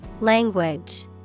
Language